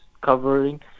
covering